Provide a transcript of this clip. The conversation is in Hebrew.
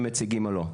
האם הם מציגים או לא.